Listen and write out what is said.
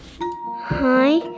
Hi